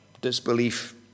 disbelief